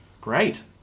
Great